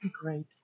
great